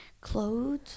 clothes